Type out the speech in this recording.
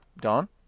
Don